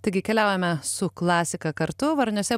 taigi keliaujame su klasika kartu varniuose